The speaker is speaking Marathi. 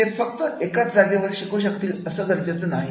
ते फक्त एकाच जागेवर शिकू शकतीलअसं गरजेचे नाही